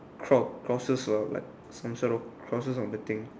cro~ crosses lah like some sort like crosses on the thing